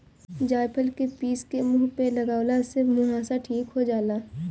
जायफल के पीस के मुह पे लगवला से मुहासा ठीक हो जाला